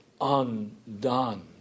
undone